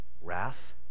Wrath